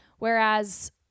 Whereas